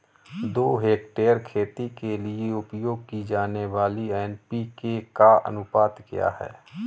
दो हेक्टेयर खेती के लिए उपयोग की जाने वाली एन.पी.के का अनुपात क्या है?